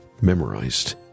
memorized